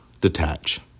detach